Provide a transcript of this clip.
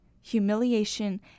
humiliation